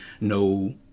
no